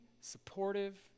supportive